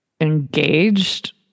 engaged